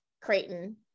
Creighton